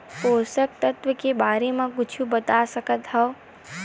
पोषक तत्व के बारे मा कुछु बता सकत हवय?